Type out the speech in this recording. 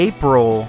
April